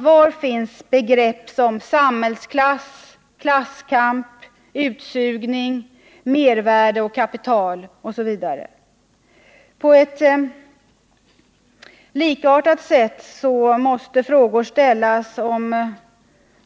Var finns begrepp som samhällsklass, klasskamp, utsugning, mervärde, kapital osv.? På ett likartat sätt måste frågor ställas om